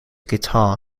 guitar